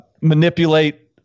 manipulate